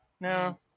no